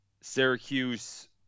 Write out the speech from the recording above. Syracuse